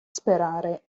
sperare